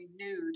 renewed